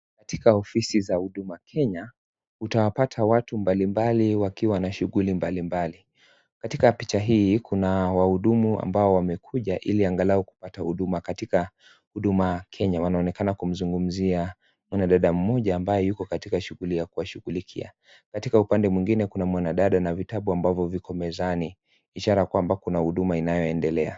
Katika ofisi za huduma Kenya utawapata watu mbali mbali wakiwa katika shughuli mbali mbali. Katika picha hii kuna wahudumu ambao wamekuja ili angalau kupata huduma katika huduma Kenya. Wanaonekana kumzungumzia mwanadada mmoja ambaye yuko katika shughuli ya kuwashughulikia. Katika upande mwingine, kuna mwanadada na vitabu ambavyo viko mezani ishara kwamba kuna huduma inayoendelea.